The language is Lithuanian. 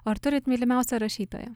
ar turit mylimiausią rašytoją